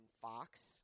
Fox